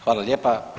Hvala lijepa.